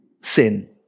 sin